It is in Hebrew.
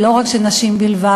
ולא מאבק של נשים בלבד.